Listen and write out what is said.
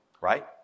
Right